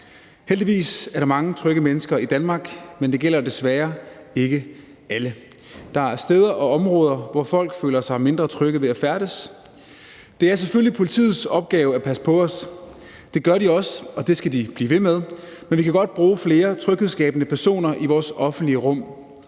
Heldigvis er der mange trygge mennesker i Danmark, men det gælder desværre ikke alle. Der er steder og områder, hvor folk føler sig mindre trygge ved at færdes. Det er selvfølgelig politiets opgave at passe på os, og det gør de også, og det skal de blive ved med, men vi kan godt bruge flere tryghedsskabende personer i vores offentlige rum.